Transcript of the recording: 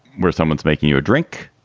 where someone's making you a drink.